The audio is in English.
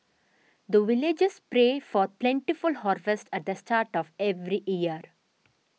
the villagers pray for plentiful harvest at the start of every year